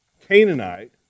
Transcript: Canaanite